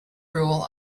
rule